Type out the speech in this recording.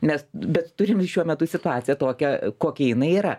mes bet turim šiuo metu situaciją tokią kokia jinai yra